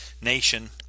nation